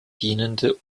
dienende